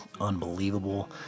unbelievable